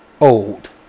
old